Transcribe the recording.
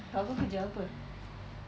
kakak kau kerja apa